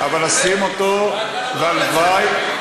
אבל ב"ברליץ",